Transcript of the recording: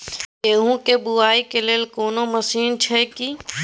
गेहूँ के बुआई के लेल कोनो मसीन अछि की?